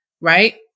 right